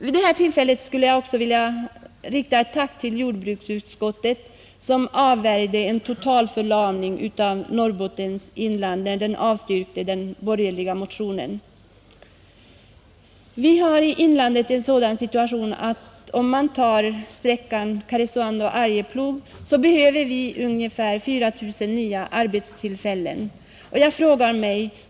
Vid det här tillfället skulle jag också vilja rikta ett tack till jordbruksutskottet som avvärjde en totalförlamning av Norrbottens inland när det avstyrkte den borgerliga motionen. Vi har i inlandet en sådan situation att det på sträckan Karesuando—Arjeplog behövs ungefär 4 000 nya arbetstillfällen.